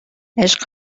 عشق